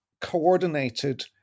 coordinated